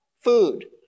Food